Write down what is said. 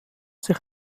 sich